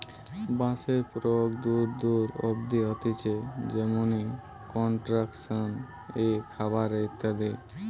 বাঁশের প্রয়োগ দূর দূর অব্দি হতিছে যেমনি কনস্ট্রাকশন এ, খাবার এ ইত্যাদি